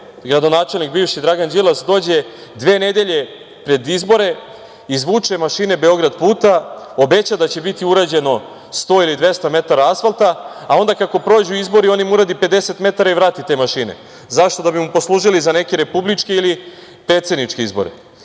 gradonačelnik bivši Dragan Đilas, dođe dve nedelje pred izbore, izvuče mašine „Beograd puta“, obeća da će biti urađeno 100 ili 200 metara asfalta, a onda kako prođu izbori on im uradi 50 metara i vrati te mašine. Zašto? Da bi mu poslužile za neke republičke ili predsedničke izbore.